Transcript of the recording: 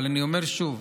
אבל אני אומר שוב: